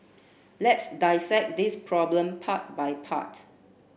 let's dissect this problem part by part